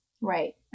right